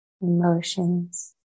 emotions